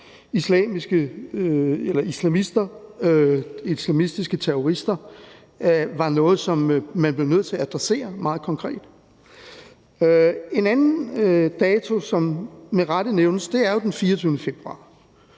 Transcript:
islamistiske terrorister var noget, som man blev nødt til at adressere meget konkret. En anden dato, som med rette nævnes, er jo den 24. februar.